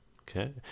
Okay